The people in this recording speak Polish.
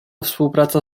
współpraca